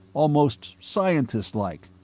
almost scientists like.